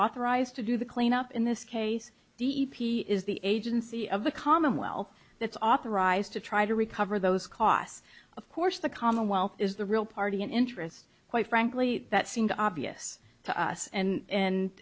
authorized to do the cleanup in this case the e p a is the agency of the commonwealth that's authorized to try to recover those costs of course the commonwealth is the real party in interest quite frankly that seemed obvious to us and